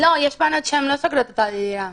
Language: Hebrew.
לא, יש בנות שלא סוגרות את הדירה.